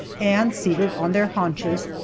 and seated on their haunches,